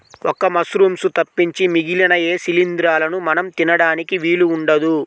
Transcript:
ఒక్క మశ్రూమ్స్ తప్పించి మిగిలిన ఏ శిలీంద్రాలనూ మనం తినడానికి వీలు ఉండదు